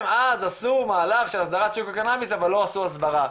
אז עשו מהלך של הסדרת שוק הקנאביס אבל לא עשו הסברה.